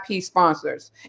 sponsors